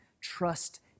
trust